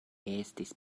estis